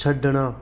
ਛੱਡਣਾ